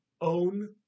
own